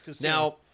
Now